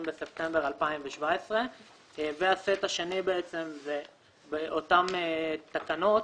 בספטמבר 2017. הסט השני זה באותן תקנות.